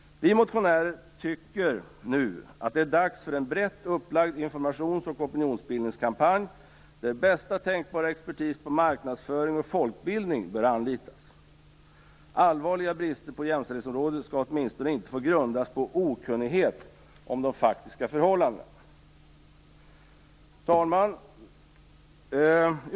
Vi motionärer tycker nu att det är dags för en brett upplagd informations och opinionsbildningskampanj, där bästa tänkbara expertis på marknadsföring och folkbildning bör anlitas. Allvarliga brister på jämställdhetsområdet skall åtminstone inte få grundas på okunnighet om de faktiska förhållandena. Fru talman!